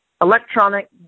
electronic